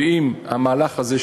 ואם המהלך הזה,